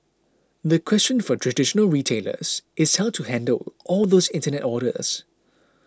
the question for traditional retailers is how to handle all those internet orders